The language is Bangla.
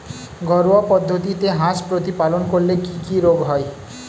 ঘরোয়া পদ্ধতিতে হাঁস প্রতিপালন করলে কি কি রোগ হয়?